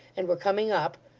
and were coming up,